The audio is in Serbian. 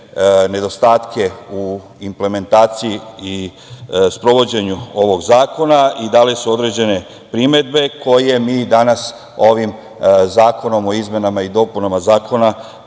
nedostatke u implementaciji i sprovođenju ovog zakona i dale su određene primedbe, koje mi danas ovim zakonom o izmenama i dopunama Zakona